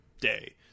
day